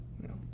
No